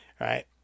Right